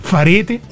Farete